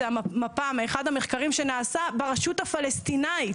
זה המפה מאחד המחקרים שנעשה ברשות הפלסטינית,